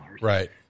Right